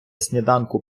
сніданку